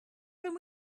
can